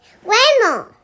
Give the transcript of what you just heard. Grandma